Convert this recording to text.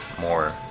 more